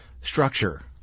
structure